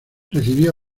recibió